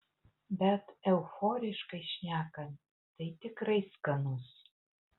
bet euforiškai šnekant tai tikrai skanus